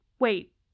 Wait